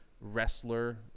wrestler